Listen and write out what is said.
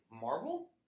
Marvel